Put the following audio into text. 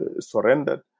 surrendered